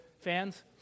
fans